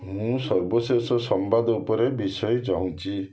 ମୁଁ ସର୍ବଶେଷ ସମ୍ବାଦ ଉପରେ ବିଷୟ ଚାହୁଁଛି